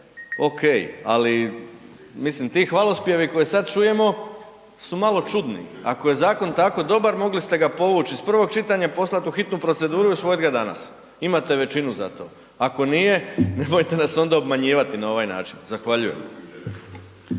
ok ali mislim, ti hvalospjevi koje sad čujemo su malo čudni. Ako je zakon tako dobar, mogli ste ga povuć iz prvog čitanja i poslat ga u hitnu proceduru i usvojit ga danas, imate većinu za to. Ako nije, nemojte nas onda obmanjivat na ovaj način. Zahvaljujem.